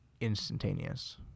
instantaneous